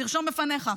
תרשום לפניך: